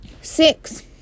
Six